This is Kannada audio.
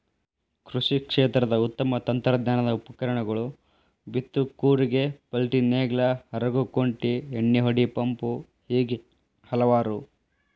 ಕೃಷಿ ಕ್ಷೇತ್ರದ ಉತ್ತಮ ತಂತ್ರಜ್ಞಾನದ ಉಪಕರಣಗಳು ಬೇತ್ತು ಕೂರಿಗೆ ಪಾಲ್ಟಿನೇಗ್ಲಾ ಹರಗು ಕುಂಟಿ ಎಣ್ಣಿಹೊಡಿ ಪಂಪು ಹೇಗೆ ಹಲವಾರು